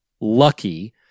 lucky